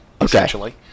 essentially